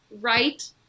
right